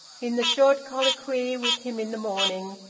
in the short colloquy with him in the morning,